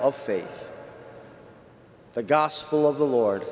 of faith the gospel of the lord